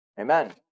Amen